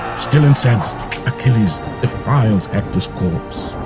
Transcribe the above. still incensed achilles defiles hector's corpse.